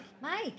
Mike